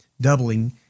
doubling